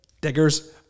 Diggers